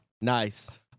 nice